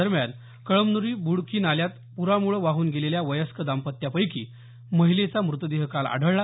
दरम्यान कळमनुरी बुडकी नाल्यात पुरामुळे वाहून गेलेल्या वयस्क दांपत्यापैकी महिलेचा मृतदेह काल आढळला